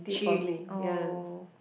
she oh